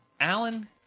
Alan